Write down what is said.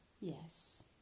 yes